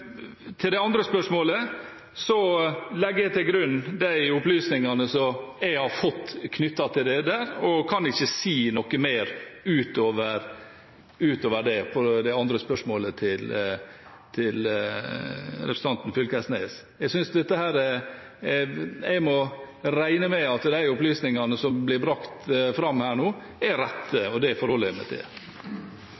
Til det andre spørsmålet legger jeg til grunn de opplysningene som jeg har fått knyttet til dette, og kan ikke si noe mer utover det til representanten Knag Fylkesnes. Jeg må regne med at de opplysningene som blir brakt fram her nå, er